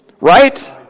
Right